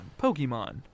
Pokemon